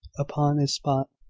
upon the spot.